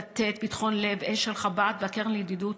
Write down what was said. לתת, פתחון לב, אשל חב"ד והקרן לידידות.